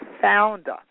founder